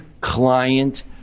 client